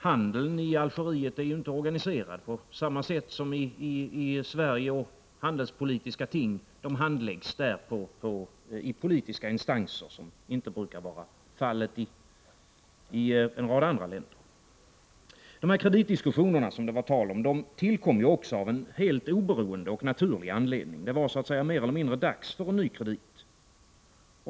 Handeln i Algeriet är inte organiserad på samma sätt som i Sverige, och handelspolitiska ting handläggs där i politiska instanser, vilket inte brukar vara fallet i en rad andra länder. De kreditdiskussioner som det talats om tillkom av en helt oberoende och naturlig anledning — det var mer eller mindre dags för en ny kredit.